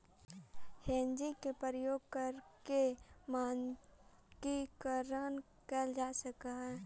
hedging के प्रयोग करके मानकीकरण कैल जा हई